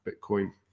Bitcoin